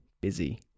busy